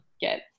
get